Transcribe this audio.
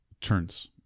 turns